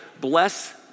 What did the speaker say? bless